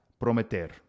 prometer